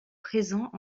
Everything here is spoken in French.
présent